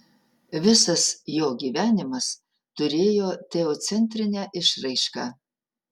visas jo gyvenimas turėjo teocentrinę išraišką